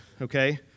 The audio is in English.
okay